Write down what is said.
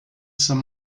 some